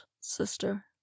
sister